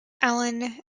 alan